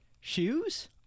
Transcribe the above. shoes